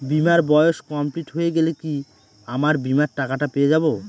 বীমার বয়স কমপ্লিট হয়ে গেলে কি আমার বীমার টাকা টা পেয়ে যাবো?